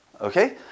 Okay